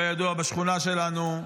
כידוע בשכונה שלנו,